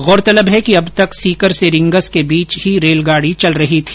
गौरतलब है कि अब तक सीकर से रींगस के बीच ही रेलगाड़ी चल रही थी